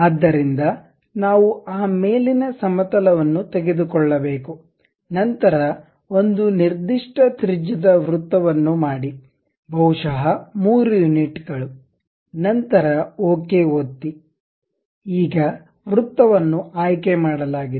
ಆದ್ದರಿಂದ ನಾವು ಆ ಮೇಲಿನ ಸಮತಲ ವನ್ನು ತೆಗೆದುಕೊಳ್ಳಬೇಕು ನಂತರ ಒಂದು ನಿರ್ದಿಷ್ಟ ತ್ರಿಜ್ಯದ ವೃತ್ತವನ್ನು ಮಾಡಿ ಬಹುಶಃ 3 ಯೂನಿಟ್ ಗಳು ನಂತರ ಓಕೆ ಒತ್ತಿ ಈಗ ವೃತ್ತವನ್ನು ಆಯ್ಕೆ ಮಾಡಲಾಗಿದೆ